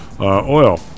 Oil